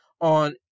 on